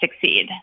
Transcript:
succeed